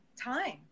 time